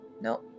No